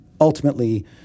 Ultimately